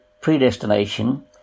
predestination